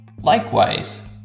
Likewise